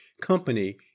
company